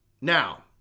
Now